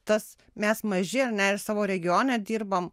tas mes maži ar ne ir savo regione dirbam